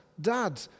dad